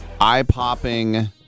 Eye-popping